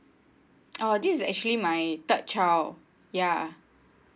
oh this is actually my third child ya